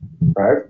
right